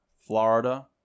Florida